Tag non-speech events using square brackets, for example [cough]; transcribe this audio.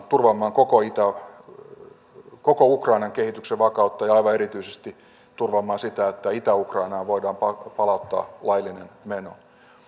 [unintelligible] turvaamaan koko ukrainan kehityksen vakautta ja aivan erityisesti turvaamaan sitä että itä ukrainaan voidaan palauttaa laillinen meno